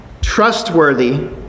trustworthy